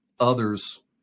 others